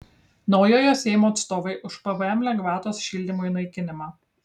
naujojo seimo atstovai už pvm lengvatos šildymui naikinimą